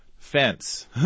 fence